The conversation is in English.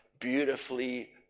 beautifully